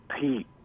Pete